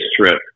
trip